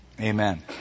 amen